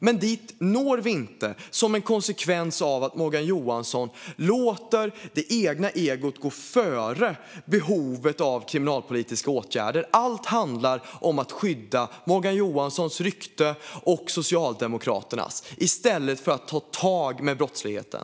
Men dit når vi inte som en konsekvens av att Morgan Johansson låter sitt ego gå före behovet av kriminalpolitiska åtgärder. Allt handlar om att skydda Morgan Johanssons och Socialdemokraternas rykte i stället för att ta tag i brottligheten.